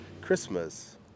Christmas